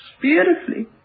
beautifully